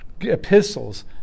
epistles